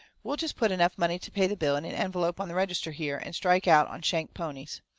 we'll just put enough money to pay the bill in an envelope on the register here, and strike out on shank's ponies.